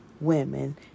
women